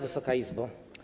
Wysoka Izbo!